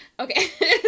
Okay